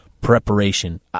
Preparation